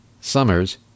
Summers